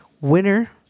Winner